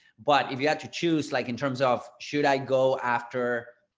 but if you have to choose like in terms of, should i go after?